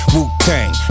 Wu-Tang